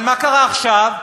אבל מה קרה עכשיו?